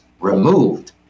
removed